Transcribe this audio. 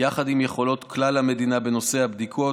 יחד עם יכולות כלל המדינה בנושא הבדיקות,